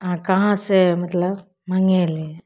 अहाँ कहाँसँ मतलब मँगेली